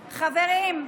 חברים,